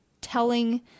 telling